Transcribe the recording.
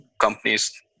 companies